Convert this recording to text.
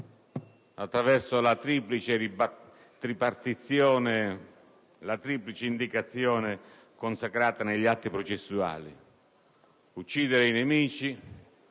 attraverso la triplice indicazione consacrata negli atti processuali: uccidere i nemici;